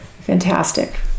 Fantastic